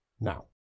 Now